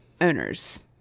owners